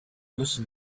listen